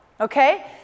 Okay